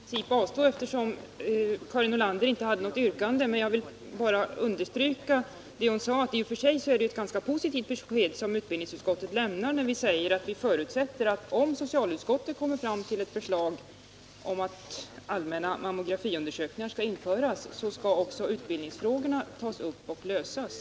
Herr talman! Jag kan i princip avstå eftersom Karin Nordlander inte hade något yrkande. Men jag vill bara understryka att det, som hon sade, i och för sig är ett ganska positivt besked som utbildningsutskottet ger, när vi säger att vi förutsätter att om socialutskottet kommer fram till ett förslag om att allmänna mammografiundersökningar skall införas, så skall också utbildningsfrågorna tas upp och lösas.